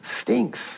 stinks